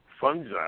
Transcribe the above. fungi